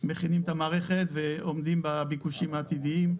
מכינים את המערכת ועומדים בביקושים העתידיים.